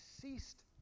ceased